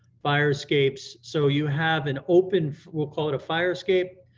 fire escapes, so you have an open, we'll call it a fire escape,